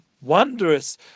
wondrous